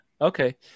okay